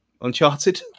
Uncharted